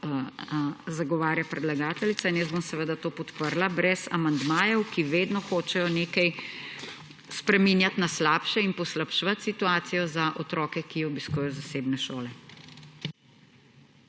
zagovarja predlagateljica. In jaz bom seveda to podprla brez amandmajev, ki vedno hočejo nekaj spreminjati na slabše in poslabševati situacijo za otroke, ki obiskujejo zasebne šole.